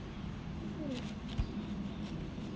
mm